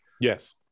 Yes